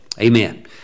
Amen